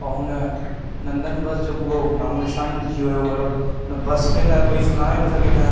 ऐं हुन नंदन बस जो पूरो नामो निशान मिटजी वियो मतिलब हुन बस खे न कोई सुञाणे पोइ सघे न